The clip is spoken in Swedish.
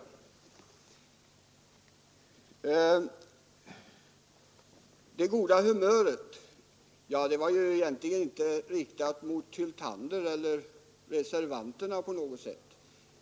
Vad det goda humöret beträffar riktade jag mig inte mot herr Hyltander eller övriga reservanter på något sätt.